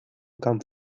come